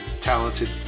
talented